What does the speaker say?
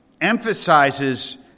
emphasizes